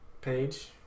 page